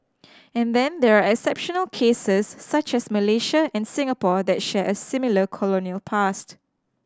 and then there are exceptional cases such as Malaysia and Singapore that share a similar colonial past